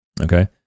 Okay